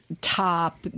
top